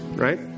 Right